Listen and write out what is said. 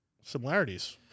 Similarities